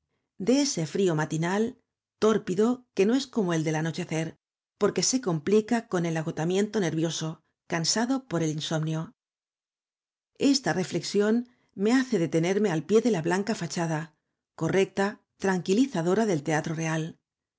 de ese frió matinal tórpido que no es como el del anochecer porque se complica con el agotamiento nervioso cansado por el insomnio esta reflexión me hace detenerme al pie de la blanca fachada correcta tranquilizadora del teatroreal qué